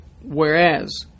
Whereas